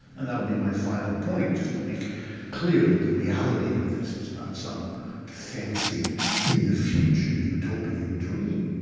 and that will be my final point, just to make clear that the reality of this is not some fancy in the future utopian dream.